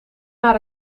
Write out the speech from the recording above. naar